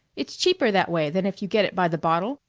it's cheaper that way than if you get it by the bottle.